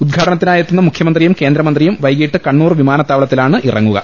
ഉദ്ഘാടനത്തിനായെത്തുന്ന മുഖ്യമന്ത്രിയും കേന്ദ്രമന്ത്രിയും വൈകിട്ട് കണ്ണൂർ വിമാനത്താവളത്തിലാണ് ഇറങ്ങുക